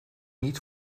niet